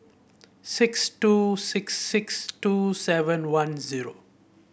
six two six six two seven one zero